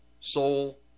soul